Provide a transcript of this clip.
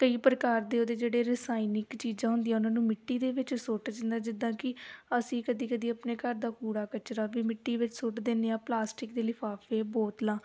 ਕਈ ਪ੍ਰਕਾਰ ਦੇ ਉਹਦੇ ਜਿਹੜੇ ਰਸਾਇਣਿਕ ਚੀਜ਼ਾਂ ਹੁੰਦੀਆਂ ਉਹਨਾਂ ਨੂੰ ਮਿੱਟੀ ਦੇ ਵਿੱਚ ਸੁੱਟ ਦਿੰਦਾ ਜਿੱਦਾਂ ਕਿ ਅਸੀਂ ਕਦੀ ਕਦੀ ਆਪਣੇ ਘਰ ਦਾ ਕੂੜਾ ਕਚਰਾ ਵੀ ਮਿੱਟੀ ਵਿੱਚ ਸੁੱਟ ਦਿੰਦੇ ਹਾਂ ਪਲਾਸਟਿਕ ਦੇ ਲਿਫ਼ਾਫੇ ਬੋਤਲਾਂ